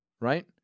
right